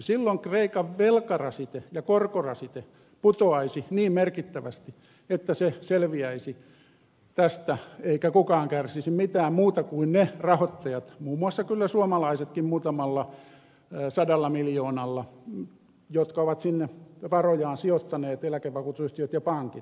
silloin kreikan velkarasite ja korkorasite putoaisivat niin merkittävästi että se selviäisi tästä eikä kukaan kärsisi mitään paitsi ne rahoittajat muun muassa kyllä suomalaisetkin muutamalla sadalla miljoonalla jotka ovat sinne varojaan sijoittaneet eläkevakuutusyhtiöt ja pankit